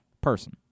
person